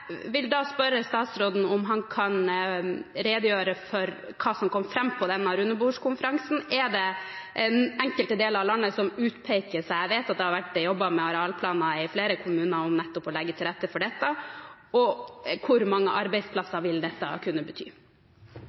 vil da spørre statsråden om han kan redegjøre for hva som kom fram på denne rundebordskonferansen. Er det enkelte deler av landet som utpeker seg? Jeg vet at det har vært jobbet med arealplaner i flere kommuner om nettopp å legge til rette for dette. Hvor mange arbeidsplasser vil dette kunne bety?